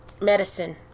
medicine